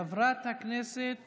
חבר הכנסת